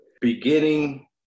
beginning